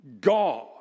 God